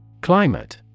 Climate